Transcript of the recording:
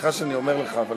סליחה שאני אומר לך, אבל באמת.